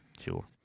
sure